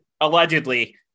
Allegedly